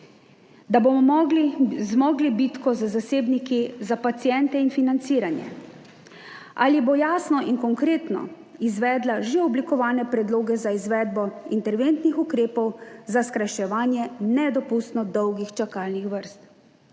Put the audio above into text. da bomo zmogli bitko z zasebniki za paciente in financiranje? Ali bo jasno in konkretno izvedla že oblikovane predloge za izvedbo interventnih ukrepov za skrajševanje nedopustno dolgih čakalnih vrst.